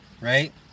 Right